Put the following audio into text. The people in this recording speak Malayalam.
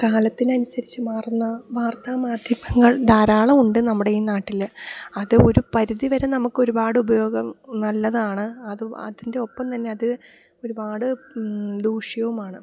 കാലത്തിനനുസരിച്ച് മാറുന്ന വാർത്താ മാധ്യമങ്ങൾ ധാരാളം ഉണ്ട് നമ്മുടെ ഈ നാട്ടില് അത് ഒരു പരിധി വരെ നമുക്കൊരുപാട് ഉപയോഗം നല്ലതാണ് അതും അതിൻ്റെ ഒപ്പം തന്നെ അത് ഒരുപാട് ദൂഷ്യവുമാണ്